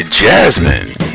jasmine